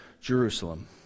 Jerusalem